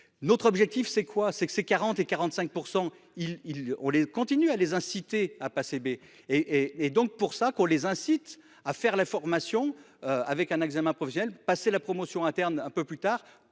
Notre objectif, c'est quoi, c'est que c'est 40 et 45% ils ils ont les continue à les inciter à passer B et et donc pour ça qu'on les incite à faire la formation avec un examen professionnel, passé la promotion interne un peu plus tard